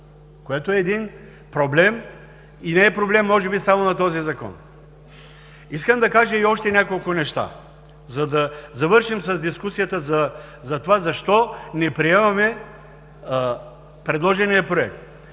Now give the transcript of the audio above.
Това е проблем и не е проблем може би само на този Закон. Искам да кажа и още няколко неща, за да завършим с дискусията, защо не приемаме предложения проект.